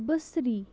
بٔصرِی